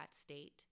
state